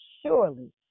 Surely